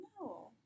No